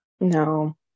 No